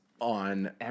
on